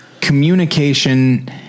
communication